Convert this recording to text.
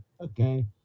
Okay